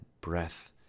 breath